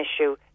issue